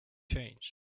changed